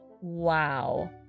Wow